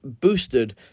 boosted